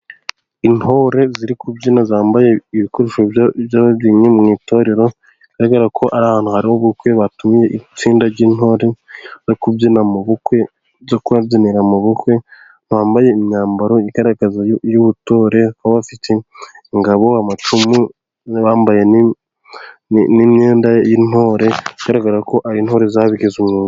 Intore ziri kubyina zambaye ibikoresho by'ababyinnyi, mu itorero bigaragara ko ari ahantu hari ubukwe, batumiye itsinda ry'intore zo kubabyinira mu bukwe, bambaye imyambaro igaragaza y'ubutore aho bafite ingabo amacumu, bambaye n'imyenda y'intore igaragara ko ari intore zabigize umwuga.